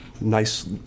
nice